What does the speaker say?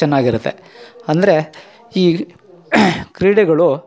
ಚೆನ್ನ್ನಾಗಿರತ್ತೆ ಅಂದರೆ ಈ ಕ್ರೀಡೆಗುಳು